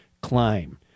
climb